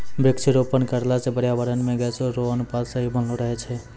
वृक्षारोपण करला से पर्यावरण मे गैसो रो अनुपात सही बनलो रहै छै